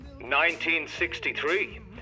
1963